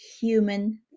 human